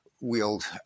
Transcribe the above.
wield